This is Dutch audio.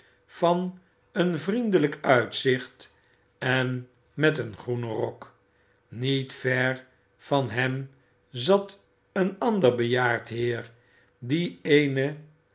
van een vriendelijk uitzicht en met een groenen rok niet ver van hem zat een ander bejaard heer die eene